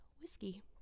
whiskey